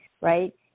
right